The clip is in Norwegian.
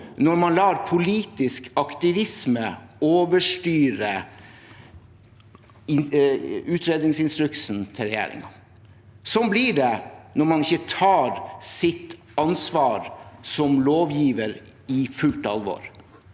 når man lar politisk aktivisme overstyre utredningsinstruksen til regjeringen. Sånn blir det når man ikke tar sitt ansvar som lovgiver i fullt alvor